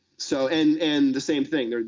so and and the same thing,